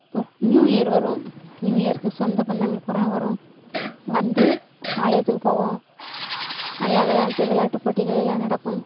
இப்போ new year வரும் new இயருக்கு சொந்த பந்தங்கள் பூரா வரும் வந்து ஆலயத்துக்கு போவோம் நல்லா விளையாண்டுட்டு விளையாட்டு போட்டிகள் எல்லாம் நடக்கும்